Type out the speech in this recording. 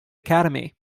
academy